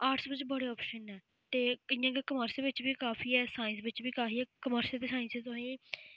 arts बिच्च बड़े options न ते इ'यां गै कामर्स बिच्च बी काफी ऐ साइंस बिच्च बी काफी ऐ कामर्स ते साइंस च तुसें